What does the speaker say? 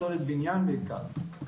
פסולת בניין בעיקר,